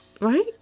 Right